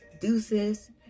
deuces